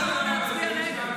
אתה יכול להצביע נגד.